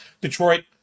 Detroit